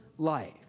Life